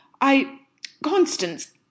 I—Constance